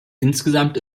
insgesamt